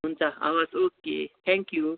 हुन्छ हवस् okay thank you